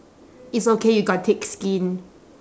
it's okay you got thick skin